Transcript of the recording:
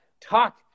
talk